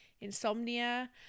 insomnia